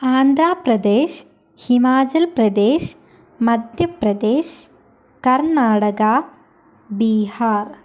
Andhra Pradesh Himachal Pradesh Madhya Pradesh Karnataka Bihar